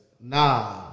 Nah